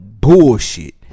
bullshit